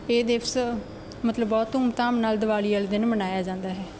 ਇਹ ਦਿਵਸ ਮਤਲਬ ਬਹੁਤ ਧੂਮ ਧਾਮ ਨਾਲ ਦੀਵਾਲੀ ਵਾਲੇ ਦਿਨ ਮਨਾਇਆ ਜਾਂਦਾ ਹੈ